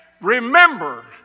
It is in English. remember